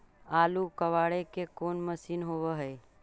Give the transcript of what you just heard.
आलू कबाड़े के कोन मशिन होब है?